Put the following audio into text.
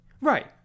Right